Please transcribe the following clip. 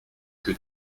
que